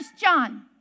John